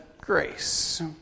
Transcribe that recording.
grace